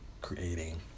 creating